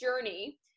journey